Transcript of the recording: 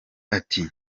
ati